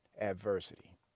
adversity